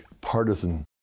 partisan